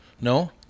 No